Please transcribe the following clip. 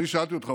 אני שאלתי אותך,